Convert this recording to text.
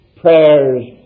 prayers